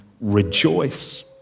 rejoice